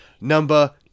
Number